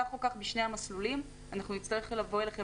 כך או כך בשני המסלולים אנחנו נצטרך לבוא אליכם